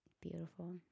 beautiful